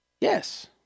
Yes